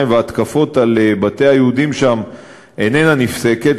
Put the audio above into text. וההתקפות על בתי היהודים שם איננה נפסקת,